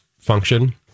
function